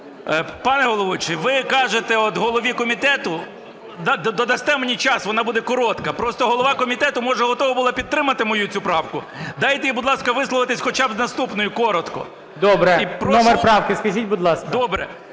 Добре. Номер правки скажіть, будь ласка.